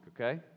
okay